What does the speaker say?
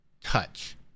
touch